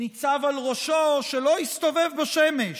ניצב על ראשו, שלא יסתובב בשמש.